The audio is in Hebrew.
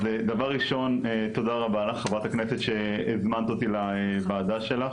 אז דבר ראשון תודה רבה לך חברת הכנסת שהזמנת אותי לוועדה שלך,